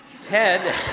Ted